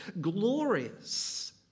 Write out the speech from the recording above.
glorious